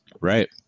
Right